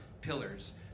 pillars